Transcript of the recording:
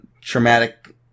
traumatic